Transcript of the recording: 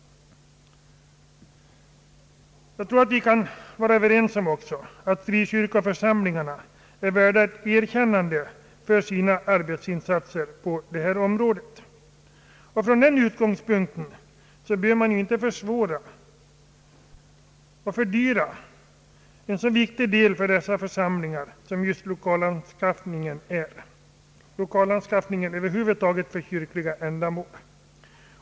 Jag tror att vi också kan vara överens om att frikyrkoförsamlingarna är värda ett erkännande för sina arbetsinsatser på det här området. Därför bör man inte försvåra och fördyra en så viktig angelägenhet för dessa församlingar som just lokalanskaffningen är och lokalanskaffningen över huvud taget till kyrkliga ändamål.